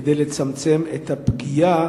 כדי לצמצם את הפגיעה